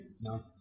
No